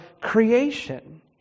creation